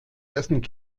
dessen